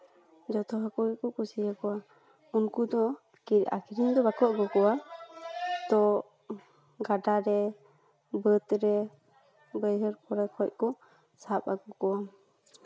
ᱡᱚᱛᱚ ᱦᱟᱠᱳ ᱜᱮᱠᱚ ᱠᱩᱥᱤ ᱟᱠᱚᱣᱟ ᱩᱱᱠᱩᱫᱚ ᱟᱹᱠᱷᱨᱤᱧ ᱫᱚ ᱵᱟᱠᱚ ᱟᱹᱜᱩ ᱠᱚᱣᱟ ᱛᱳ ᱜᱟᱰᱟᱨᱮ ᱵᱟᱹᱫ ᱨᱮ ᱵᱟᱹᱭᱦᱟᱹᱲ ᱠᱚᱨᱮ ᱠᱷᱚᱡ ᱠᱚ ᱥᱟᱵ ᱟᱹᱜᱩ ᱠᱚᱣᱟ